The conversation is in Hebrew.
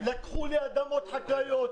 לקחו לי אדמות חקלאיות,